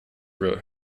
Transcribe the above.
wrote